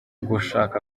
gushaka